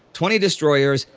twenty destroyers,